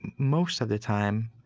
most of the time,